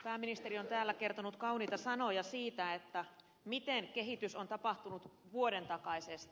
pääministeri on täällä kertonut kauniita sanoja siitä millaista kehitystä on tapahtunut vuoden takaisesta